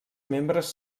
membres